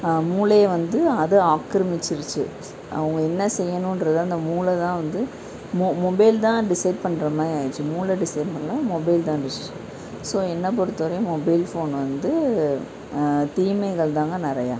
மூளையை வந்து அது ஆக்கிரமிச்சிருச்சு அவங்க என்ன செய்யணுன்றதை அந்த மூளை தான் வந்து மொ மொபைல் தான் டிஸைட் பண்ணுற மாதிரி ஆயிடிச்சு மூளை டிஸைட் பண்ணல மொபைல் தான் டிசிஷன் ஸோ என்னை பொறுத்த வரையும் மொபைல் ஃபோன் வந்து தீமைகள் தாங்க நிறையா